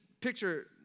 picture